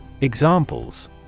Examples